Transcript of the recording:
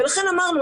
ולכן אמרנו,